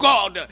God